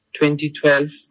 2012